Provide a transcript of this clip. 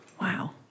Wow